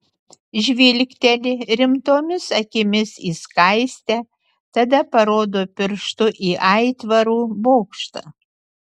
žvilgteli rimtomis akimis į skaistę tada parodo pirštu į aitvarų bokštą